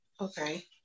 okay